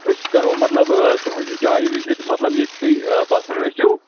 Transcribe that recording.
أسۍ کَرو مطلب تُہِنٛزِ جایہِ وِزِٹ مطلب ییٚتہِ تُہۍ بَسان ٲسِو